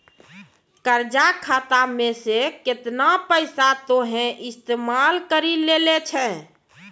कर्जा खाता मे से केतना पैसा तोहें इस्तेमाल करि लेलें छैं